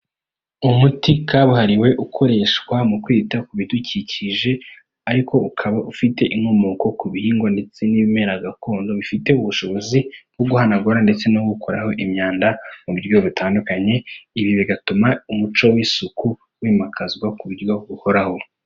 Umuti kabuhariwe ukoreshwa mu kwita ku bidukikije ariko ukaba ufite inkomoko ku bihingwa ndetse n'ibimera gakondo bifite ubushobozi bwo guhanagura ndetse no gukuraho imyanda mu buryo butandukanye, ibi bigatuma umuco w'isuku wimakazwa ku buryo buhoraho.